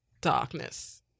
darkness